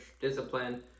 discipline